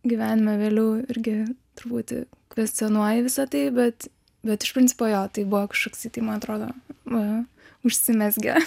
gyvenime vėliau irgi truputį kvestionuoji visa tai bet bet iš principo jo tai buvo kažkoks tai man atrodo nu užsimezgė